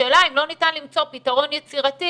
השאלה אם לא ניתן למצוא פתרון יצירתי